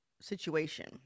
situation